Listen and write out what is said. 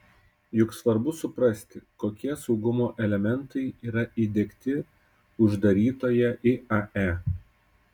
juk svarbu suprasti kokie saugumo elementai yra įdiegti uždarytoje iae